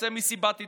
עושה מסיבת עיתונאים,